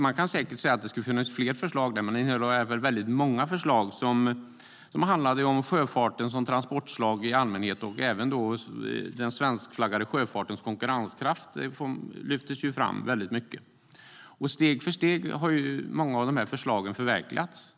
Man kan säkert säga att det skulle ha varit fler förslag, men den innehöll många förslag som handlade om sjöfarten som transportslag i allmänhet och om den svenskflaggade sjöfartens konkurrenskraft i synnerhet. Steg för steg har många av de här förslagen förverkligats.